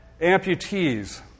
amputees